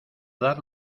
dar